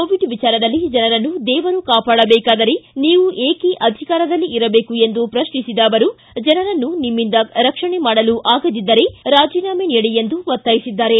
Covid ವಿಚಾರದಲ್ಲಿ ಜನರನ್ನು ದೇವರು ಕಾಪಾಡಬೇಕಾದರೆ ನೀವು ಯಾಕೆ ಅಧಿಕಾರದಲ್ಲಿ ಇರಬೇಕು ಎಂದು ಪ್ರಶ್ನಿಸಿದ ಅವರು ಜನರನ್ನು ನಿಮ್ಮಿಂದ ರಕ್ಷಣೆ ಮಾಡಲು ಆಗದಿದ್ದರೆ ರಾಜೀನಾಮೆ ನೀಡಿ ಎಂದು ಒತ್ತಾಯಿಸಿದ್ದಾರೆ